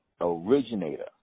originator